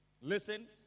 Listen